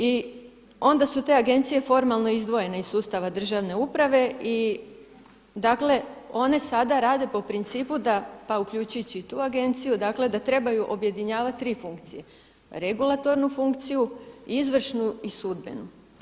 I onda su te agencije formalno izdvojene iz sustava državne uprave i dakle one sada rade po principu da, pa uključujući i tu agenciju, dakle da trebaju objedinjavati tri funkcije regulatornu funkciju, izvršnu i sudbenu.